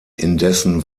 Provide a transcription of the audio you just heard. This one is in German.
indessen